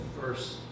first